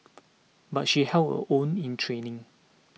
but she held her own in training